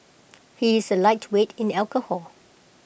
he is A lightweight in alcohol